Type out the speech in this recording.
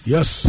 Yes